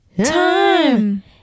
time